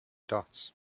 dots